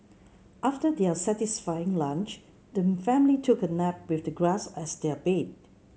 after their satisfying lunch the family took a nap with the grass as their bed